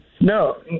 No